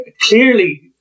clearly